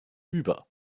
über